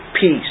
peace